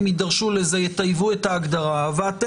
אז למה לי להתקדם קדימה ולשים את העגלה לפני